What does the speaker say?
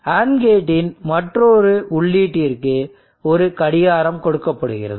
AND கேட்டின் மற்றொரு உள்ளீட்டிற்க்கு ஒரு கடிகாரம் கொடுக்கப்படுகிறது